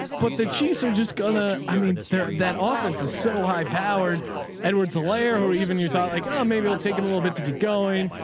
but the chiefs are just gonna, i mean, they're that offense is so high powered edward delayer who, even your thought like, oh maybe it'll take him a little bit to get going.